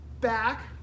back